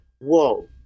whoa